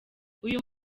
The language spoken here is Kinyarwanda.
uyu